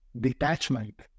detachment